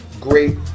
great